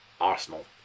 Arsenal